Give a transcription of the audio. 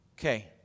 Okay